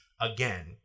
again